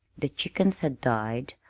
the chickens had died,